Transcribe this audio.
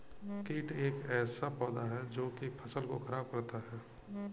कीट एक ऐसा पौधा है जो की फसल को खराब करता है